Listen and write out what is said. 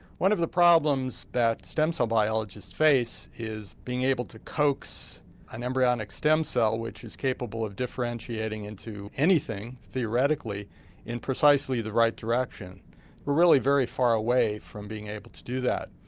one of the problems that stem cells biologists face is being able to coax an embryonic stem cell which is capable of differentiating into anything theoretically in precisely the right direction. we're really very far away from being able to do that.